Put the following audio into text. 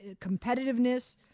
competitiveness